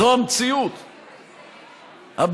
זו המציאות הבלתי-נסבלת.